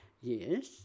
Yes